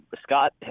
Scott